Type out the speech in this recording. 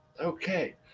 Okay